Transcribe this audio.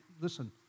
Listen